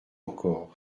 encore